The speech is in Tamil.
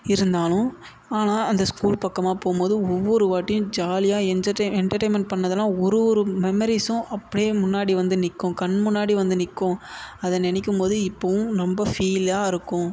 இருந்தாலும் ஆனால் அந்த ஸ்கூல் பக்கமாக போகும் போது ஒவ்வொரு வாட்டியும் ஜாலியாக என்டர்டெயின் என்டர்டெயின்மென்ட் பண்ணதெல்லாம் ஒரு ஒரு மெமரீஸும் அப்படியே முன்னாடி வந்து நிற்கும் கண் முன்னாடி வந்து நிற்கும் அதை நினைக்கும் போது இப்போவும் ரொம்ப ஃபீலாக இருக்கும்